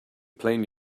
playing